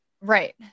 Right